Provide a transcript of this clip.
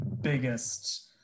biggest